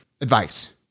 advice